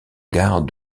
gare